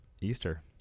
Easter